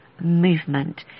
movement